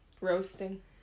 Roasting